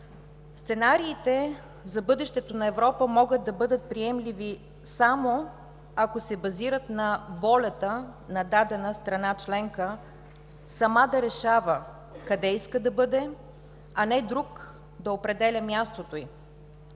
„Сценариите за бъдещето на Европа могат да бъдат приемливи, само ако се базират на волята на дадена страна членка сама да решава къде иска да бъде, а не друг да определя мястото й.